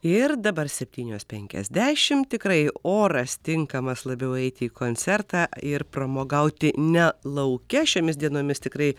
ir dabar septynios penkiasdešimt tikrai oras tinkamas labiau eiti į koncertą ir pramogauti ne lauke šiomis dienomis tikrai